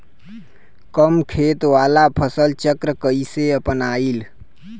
कम खेत वाला फसल चक्र कइसे अपनाइल?